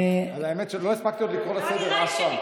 והאמת היא שעוד לא הספקתי לקרוא לסדר אף פעם.